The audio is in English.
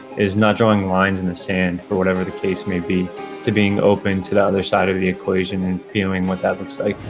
is not drawing the lines in the sand for whatever the case may be to being open to the other side of the equation and feeling what that looks like.